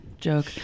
joke